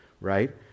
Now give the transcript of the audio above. right